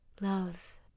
love